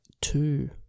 two